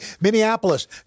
minneapolis